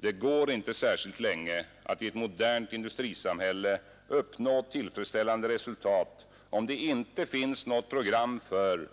Det går inte i längden att i ett modernt industrisamhälle uppnå tillfredsställande resultat, om det inte finns något program för